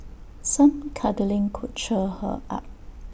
some cuddling could cheer her up